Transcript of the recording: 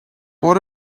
what